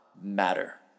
matter